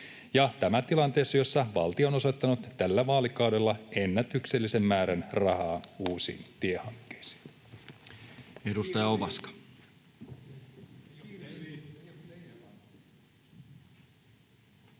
tämä tilanteessa, jossa valtio on osoittanut tällä vaalikaudella ennätyksellisen määrän rahaa uusiin tiehankkeisiin.